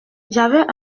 j’avais